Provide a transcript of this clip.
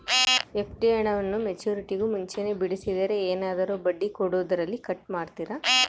FD ಹಣವನ್ನು ಮೆಚ್ಯೂರಿಟಿಗೂ ಮುಂಚೆನೇ ಬಿಡಿಸಿದರೆ ಏನಾದರೂ ಬಡ್ಡಿ ಕೊಡೋದರಲ್ಲಿ ಕಟ್ ಮಾಡ್ತೇರಾ?